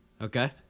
Okay